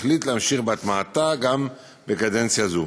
החליט להמשיך בהטמעתה גם בקדנציה זו.